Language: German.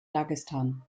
dagestan